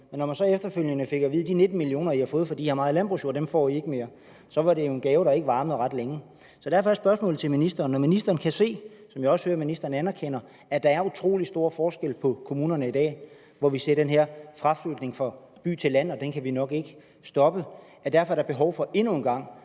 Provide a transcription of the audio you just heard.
men når man så efterfølgende fik at vide, at de 19 millioner, man havde fået for det her meget landbrugsjord, fik man ikke mere, så var det jo en gave, der ikke varmede ret længe. Så derfor er spørgsmålet til ministeren: Når ministeren kan se, som jeg også hører ministeren anerkender, at der er utrolig stor forskel på kommunerne i dag, hvor vi ser den her fraflytning fra land til by, og den kan vi nok ikke stoppe, er der behov for endnu en gang